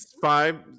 five